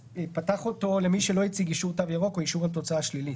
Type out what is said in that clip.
שפתח אותו למי שלא הציג אישור תו ירוק או אישור על תוצאה שלילית.